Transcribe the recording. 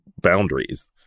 boundaries